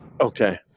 okay